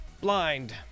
Blind